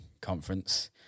conference